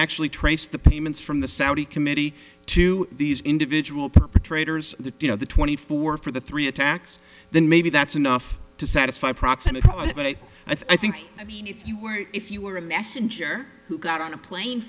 actually trace the payments from the saudi committee to these individual perpetrators the twenty four for the three attacks then maybe that's enough to satisfy approximate i think if you were if you were a messenger who got on a plane